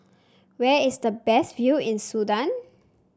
where is the best view in Sudan